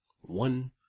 one